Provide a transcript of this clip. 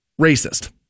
racist